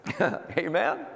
Amen